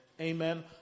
Amen